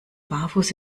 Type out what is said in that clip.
barfuß